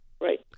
Right